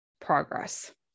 progress